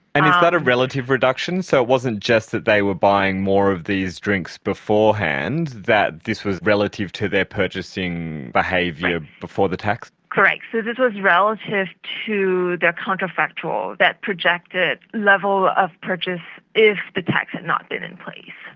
and is that a relative reduction? so it wasn't just that they were buying more of these drinks beforehand, that this was relative to their purchasing behaviour before the tax? correct, so this was relative to counterfactual, that projected level of purchase if the tax had not been in place.